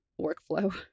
workflow